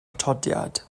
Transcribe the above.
atodiad